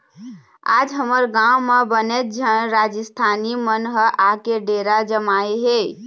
आज हमर गाँव म बनेच झन राजिस्थानी मन ह आके डेरा जमाए हे